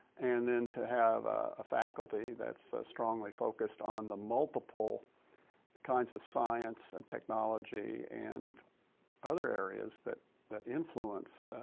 and then to have a faculty that's strongly focused on the multiple kinds of science and technology and other areas that that influence